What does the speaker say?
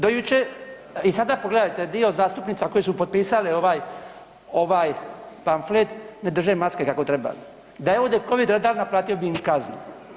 Do jučer, i sada pogledajte dio zastupnica koje su potpisale ovaj, ovaj pamflet ne drže maske kako treba, da je ovdje Covid redar naplatio bi im kaznu.